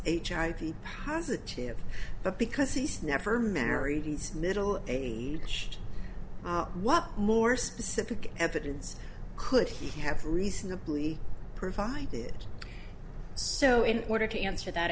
be positive but because he's never married he's middle age what more specific evidence could he have reasonably provided so in order to answer that